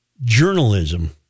journalism